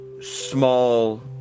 small